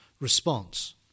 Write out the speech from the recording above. response